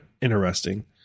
Interesting